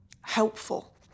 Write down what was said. helpful